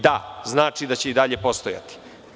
Da, znači da će i dalje postojati.